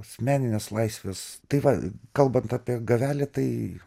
asmeninės laisvės tai va kalbant apie gavelį tai